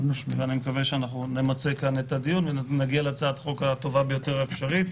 ואני מקווה שאנחנו נמצה את הדיון ונגיע להצעת החוק הטובה ביותר האפשרית.